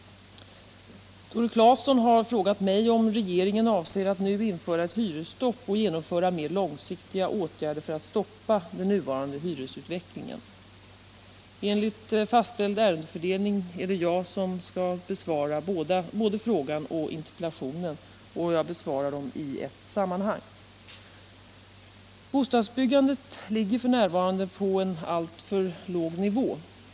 Tore Claeson har frågat mig om regeringen avser att nu införa ett hyresstopp och genomföra mer långsiktiga åtgärder för att stoppa den nuvarande hyresutvecklingen. Enligt fastställd ärendefördelning är det jag som skall besvara både frågan och interpellationen. Jag besvarar dem i ett sammanhang. Bostadsbyggandet ligger f.n. på en alltför låg nivå.